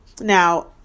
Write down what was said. now